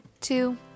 two